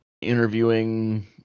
interviewing